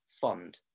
Fund